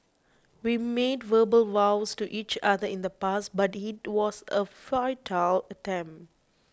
we made verbal vows to each other in the past but it was a futile attempt